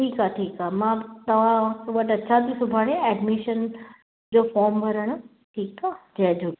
ठीकु आहे ठीकु आहे मां तव्हां वटि अचां थी सुभाणे एडमिशन जो फोम भरणु ठीकु आहे जय झूले